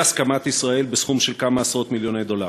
בהסכמת ישראל, בסכום של כמה עשרות-מיליוני דולרים.